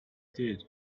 did